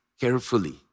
carefully